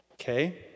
Okay